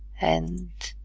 and